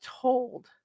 told